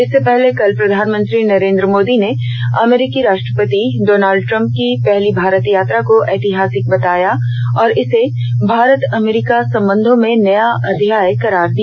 इससे पहले कल प्रधानमंत्री नरेन्द्र मोदी ने अमरीकी राष्ट्रपति डोनाल्ड ट्रम्प की पहली भारत यात्रा को ऐतिहासिक बताया और इसे भारत अमरीका संबंधों में नया अध्याय करार दिया